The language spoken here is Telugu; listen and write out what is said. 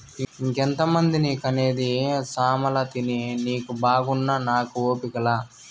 ఇంకెంతమందిని కనేది సామలతిని నీకు బాగున్నా నాకు ఓపిక లా